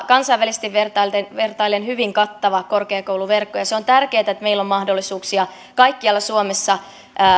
kansainvälisesti vertaillen alueellisesti hyvin kattava korkeakouluverkko ja on tärkeää että meillä on mahdollisuuksia kaikkialla suomessa